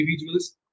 individuals